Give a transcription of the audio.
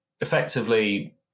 effectively